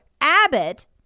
Abbott